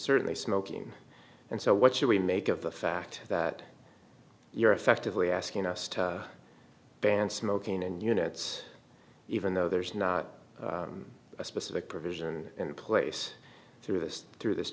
certainly smoking and so what should we make of the fact that you're effectively asking us to ban smoking in units even though there's not a specific provision in place through this through this